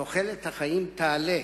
תוחלת החיים תעלה.